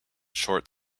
short